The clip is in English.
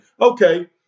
Okay